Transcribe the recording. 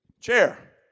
Chair